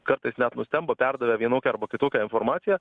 kartais net nustemba perdavę vienokią arba kitokią informaciją